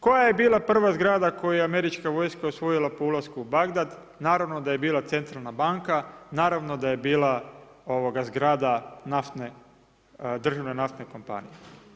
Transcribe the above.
Koja je bila prva zgrada koju je američka vojska osvojila po ulasku Bagdad, naravno da je bila centralna banka, naravno da je bila zgrada državne naftne kompanije.